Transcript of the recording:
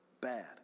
bad